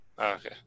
Okay